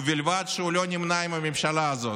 ובלבד שהוא לא נמנה עם הממשלה הזאת,